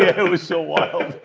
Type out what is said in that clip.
it was so wild.